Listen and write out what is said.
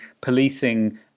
policing